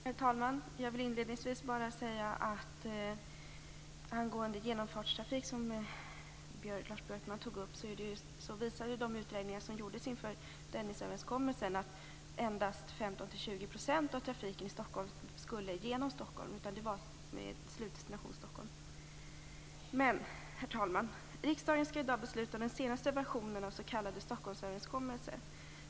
Herr talman! Jag vill inledningsvis angående genomfartstrafik, som Lars Björkman tog upp, bara säga att de utredningar som gjordes inför Dennisöverenskommelsen visar att endast 15-20 % av trafiken i Stockholm skulle igenom Stockholm. För de övriga var Stockholm slutdestination. Riksdagen skall i dag besluta om den senaste versionen av den s.k. Stockholmsöverenskommelsen.